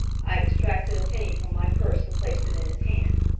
i extracted a penny from my purse, and placed it in his hand.